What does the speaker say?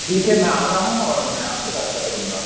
ٹھیک ہے میں آتا ہوں اور میں آپ سے رابطہ کروں گا